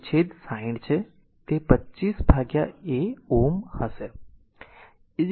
તેથી છેદ 60 છે તેથી તે 25 a Ω હશે